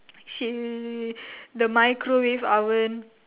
she the microwave oven